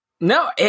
No